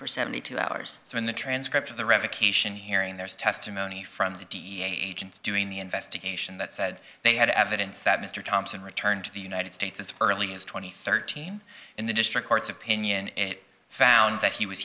for seventy two hours so in the transcript of the revocation hearing there is testimony from the dea agents doing the investigation that said they had evidence that mr thompson returned to the united states as early as twenty thirteen in the district court's opinion and found that he was